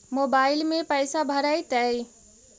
Mobile में पैसा भरैतैय?